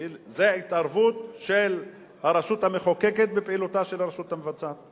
כי זו התערבות של הרשות המחוקקת בפעילותה של הרשות המבצעת,